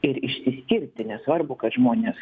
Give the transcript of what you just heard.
ir išsiskirti nesvarbu kad žmonės